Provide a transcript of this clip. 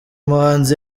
muhanzi